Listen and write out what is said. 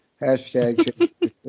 hashtag